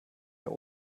der